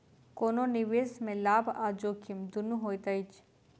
कोनो निवेश में लाभ आ जोखिम दुनू होइत अछि